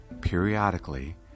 periodically